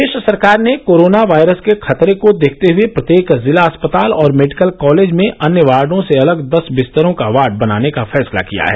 प्रदेश सरकार ने corona virus के खतरे को देखते हुए प्रत्येक जिला अस्पताल और मेडिकल कॉलेज में अन्य वार्डो से अलग दस बिस्तरों का वार्ड बनाने का फैसला किया है